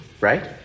right